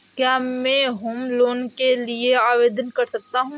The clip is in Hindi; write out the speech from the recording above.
क्या मैं होम लोंन के लिए आवेदन कर सकता हूं?